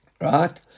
Right